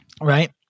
right